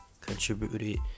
contributed